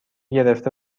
گرفته